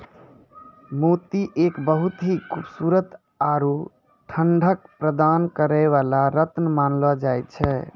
मोती एक बहुत हीं खूबसूरत आरो ठंडक प्रदान करै वाला रत्न मानलो जाय छै